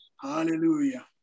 Hallelujah